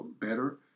better